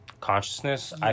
Consciousness